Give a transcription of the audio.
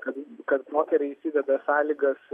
kad kad notarai įsiveda sąlygas